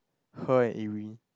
her and